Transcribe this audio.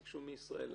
ביקשו מישראל להסגיר?